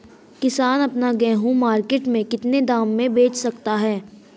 किसान अपना गेहूँ मार्केट में कितने दाम में बेच सकता है?